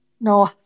No